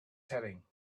setting